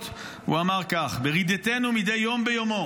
הוא אמר כך: "ברדתנו מדי יום ביומו